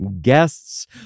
guests